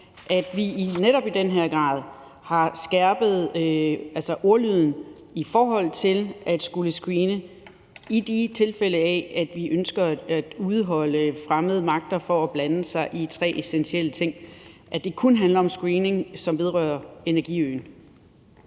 at vi netop i den grad har skærpet ordlyden i forhold til at skulle screene, i tilfælde af at vi ønsker at holde fremmede magter ude i forhold til at blande sig i tre essentielle ting; at det kun handler om screening, som vedrører energiøen.